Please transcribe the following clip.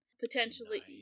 Potentially